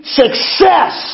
success